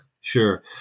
sure